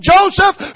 Joseph